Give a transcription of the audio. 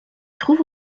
trouve